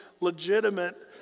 legitimate